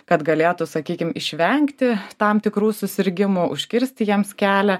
kad galėtų sakykim išvengti tam tikrų susirgimų užkirsti jiems kelią